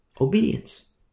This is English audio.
obedience